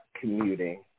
commuting